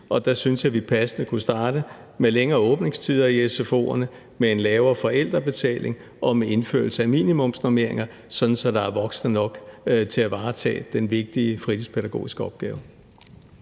og der synes jeg, at vi passende kunne starte med længere åbningstider i sfo'erne, med en lavere forældrebetaling og med indførelse af minimumsnormeringer, sådan at der er voksne nok til at varetage den vigtige fritidspædagogiske opgave.